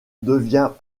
devient